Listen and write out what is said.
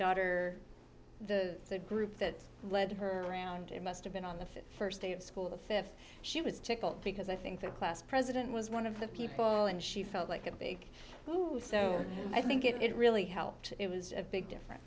daughter the group that led her around it must have been on the st day of school the th she was tickled because i think the class president was one of the people and she felt like a big so and i think it it really helped it was a big difference